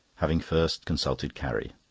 having first consulted carrie.